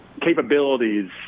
capabilities